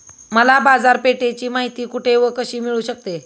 मला बाजारपेठेची माहिती कुठे व कशी मिळू शकते?